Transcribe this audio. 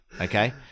okay